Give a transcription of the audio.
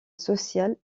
social